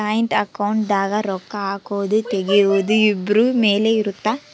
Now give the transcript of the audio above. joint account ದಾಗ ರೊಕ್ಕ ಹಾಕೊದು ತೆಗಿಯೊದು ಇಬ್ರು ಮೇಲೆ ಇರುತ್ತ